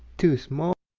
too small